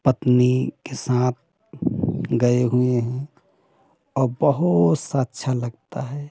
पत्नी के साथ गए हुए हैं और बहुत सा अच्छा लगता है